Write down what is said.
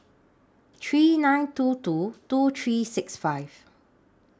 three nine two two two three six five